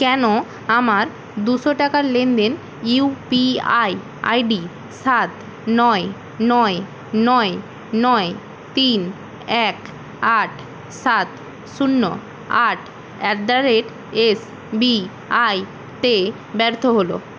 কেন আমার দুশো টাকার লেনদেন ইউপিআই আইডি সাত নয় নয় নয় নয় তিন এক আট সাত শূন্য আট অ্যাট দ্য রেট এসবিআইতে ব্যর্থ হলো